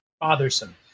bothersome